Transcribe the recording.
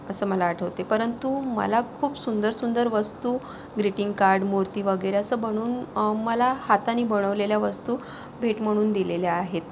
असं मला आठवते परंतु मला खूप सुंदर सुंदर वस्तू ग्रीटिंग कार्ड मूर्ती वगैरे असं बनवून मला हाताने बनवलेल्या वस्तू भेट म्हणून दिलेल्या आहेत